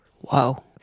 Whoa